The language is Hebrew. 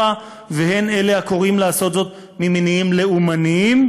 והן אלה הקוראים לעשות זאת ממניעים לאומניים,